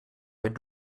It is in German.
wenn